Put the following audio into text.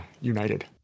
United